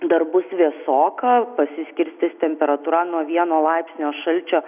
dar bus vėsoka pasiskirstys temperatūra nuo vieno laipsnio šalčio